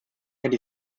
hätte